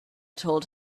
told